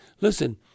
listen